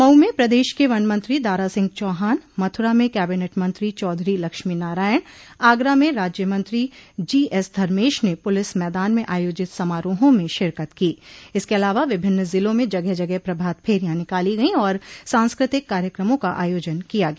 मऊ में प्रदेश के वन मंत्री दारा सिंह चौहान मथुरा में कैबिनेट मंत्री चौधरी लक्ष्मी नारायण आगरा में राज्यमंत्री जी एस धर्मेश ने पुलिस मैदान में आयोजित समारोहों में शिरकत की इसके अलावा विभिन्न ज़िलों में जगह जगह प्रभात फेरियां निकाली गयीं और सांस्कृतिक कार्यक्रमों का आयोजन किया गया